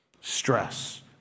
stress